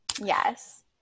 Yes